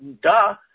duh